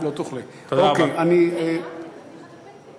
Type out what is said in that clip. העברתי לך את הפתק.